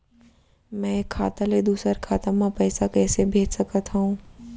मैं एक खाता ले दूसर खाता मा पइसा कइसे भेज सकत हओं?